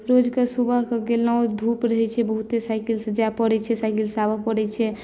रोजके सुबहके गेलहुँ धुप रहैत छै बहुते साईकिलसँ जाय पड़ैत छै साइकलसँ आबय पड़ैत छै